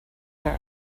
her